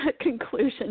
conclusion